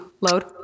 load